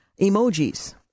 emojis